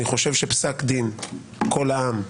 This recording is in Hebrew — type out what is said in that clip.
אני חושב שפסק דין קול העם,